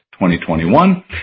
2021